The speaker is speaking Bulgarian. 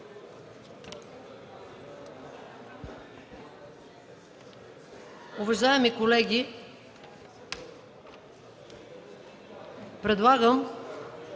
Уважаеми колеги, предлагам